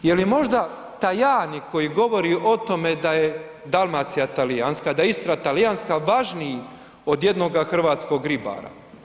Je li možda Tajani koji govori o tome da je Dalmacija talijanska, da je Istra talijanska važniji od jednoga hrvatskog ribara?